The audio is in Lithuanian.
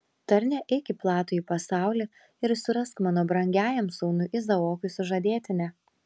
tarne eik į platųjį pasaulį ir surask mano brangiajam sūnui izaokui sužadėtinę